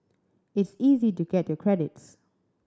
it's easy to get your credits